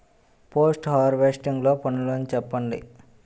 Post harvesting లో పనులను చెప్పండి?